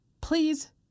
please